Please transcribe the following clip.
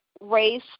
race